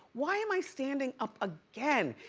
why am i standing up again?